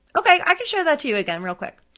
okay, i could share that to you again real quick.